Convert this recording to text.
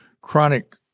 chronic